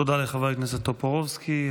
תודה לחבר הכנסת טופורובסקי.